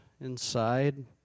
inside